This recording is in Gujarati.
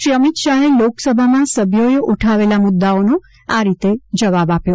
શ્રી અમિત શાહે લોકસભામાં સભ્યોએ ઉઠાવેલા મુદ્દાઓનો આ રીતે જવાબ આપ્યો